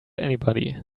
anybody